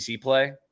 play